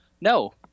No